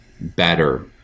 better